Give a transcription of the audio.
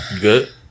Good